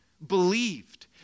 believed